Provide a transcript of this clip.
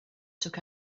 took